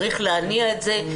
צריך להניע את זה,